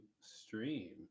stream